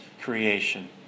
creation